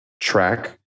track